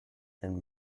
and